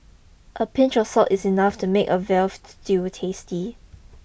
a pinch of salt is enough to make a veal stew tasty